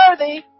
worthy